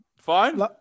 Fine